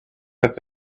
but